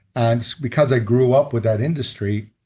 and because i grew up with that industry,